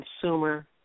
consumer